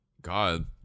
God